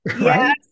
Yes